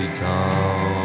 town